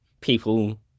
people